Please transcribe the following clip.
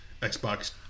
Xbox